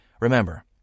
Remember